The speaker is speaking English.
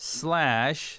slash